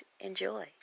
enjoy